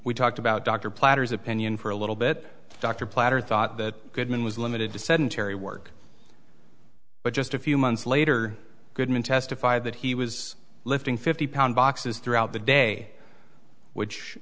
we talked about dr platters opinion for a little bit dr platter thought that goodman was limited to sedentary work but just a few months later goodman testified that he was lifting fifty pound boxes throughout the day which